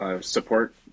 support